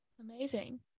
Amazing